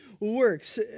works